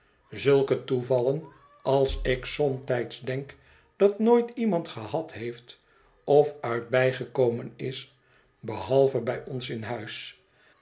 zulke toevallen als ik somtijds denk dat nooit iemand gehad heeft of uit bijgekomen is behalve bij ons in huis